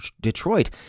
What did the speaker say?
Detroit